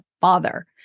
father